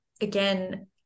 again